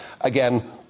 again